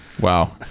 Wow